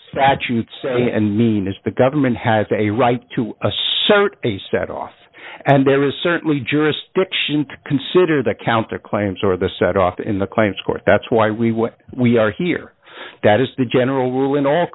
statutes say and mean is the government has a right to assert a set off and there is certainly jurisdiction to consider the counter claims or the set off in the claims court that's why we we are here that is the general rule in all